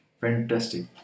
fantastic।